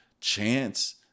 chance